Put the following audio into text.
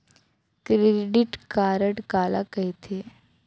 Credit card काला कहिथे?